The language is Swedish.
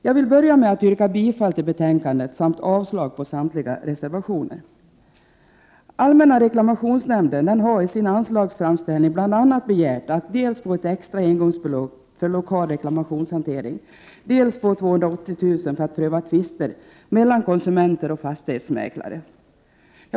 Jag vill börja med att yrka bifall till utskottets hemställan samt avslag på samtliga reservationer. Allmänna reklamationsnämnden har i sin anslagsframställning bl.a. begärt dels att få ett extra engångsbelopp för lokal reklamationshantering, dels att få 280 000 kr. för att pröva tvister mellan konsumenter och fastighetsmäklare.